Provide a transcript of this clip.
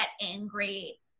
angry